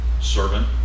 servant